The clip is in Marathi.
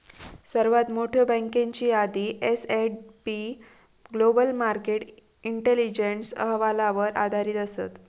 सर्वात मोठयो बँकेची यादी S and P global market intelligence अहवालावर आधारित असत